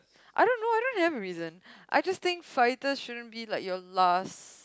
I don't know I don't have a reason I just think Fajitas shouldn't be like your last